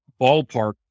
ballpark